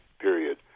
period